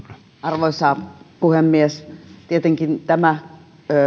arvoisa puhemies tietenkin tämä